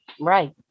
Right